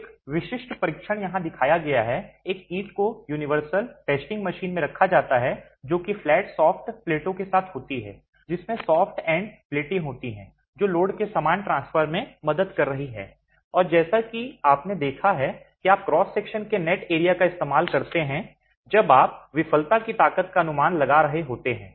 तो एक विशिष्ट परीक्षण यहां दिखाया गया है एक ईंट को यूनिवर्सल टेस्टिंग मशीन में रखा जाता है जो कि फ्लैट सॉफ्ट प्लेटों के साथ होती है जिसमें सॉफ्ट एंड प्लेटें होती हैं जो लोड के समान ट्रांसफर में मदद कर रही हैं और जैसा कि आपने देखा कि आप क्रॉस सेक्शन के नेट एरिया का इस्तेमाल करते हैं जब आप विफलता की ताकत का अनुमान लगा रहे होते हैं